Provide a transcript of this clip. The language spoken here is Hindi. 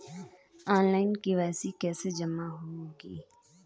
ऑनलाइन के.वाई.सी कैसे जमा होगी?